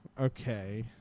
Okay